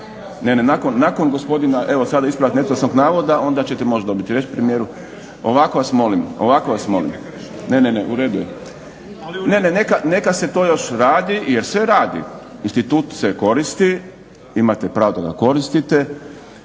je. Ne, ne, neka se to još radi jer se radi. Institut se koristi, imate pravo da ga koristite,